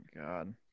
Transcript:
god